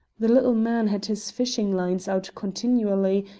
the little man had his fishing-lines out continually,